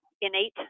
innate